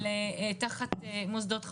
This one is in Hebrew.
של תחת מוסדות הנוער,